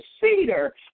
cedar